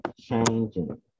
changing